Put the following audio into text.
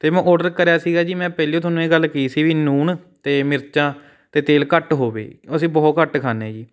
ਅਤੇ ਮੈਂ ਔਡਰ ਕਰਿਆ ਸੀਗਾ ਜੀ ਮੈਂ ਪਹਿਲੇ ਤੁਹਾਨੂੰ ਇਹ ਗੱਲ ਕਹੀ ਸੀ ਵੀ ਨੂਣ ਅਤੇ ਮਿਰਚਾਂ ਅਤੇ ਤੇਲ ਘੱਟ ਹੋਵੇ ਅਸੀਂ ਬਹੁਤ ਘੱਟ ਖਾਂਦੇ ਆ ਜੀ